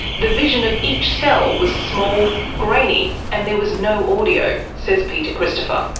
the vision of each cell was small, grainy, and there was no audio, says peter christopher.